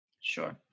Sure